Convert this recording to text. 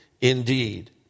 Indeed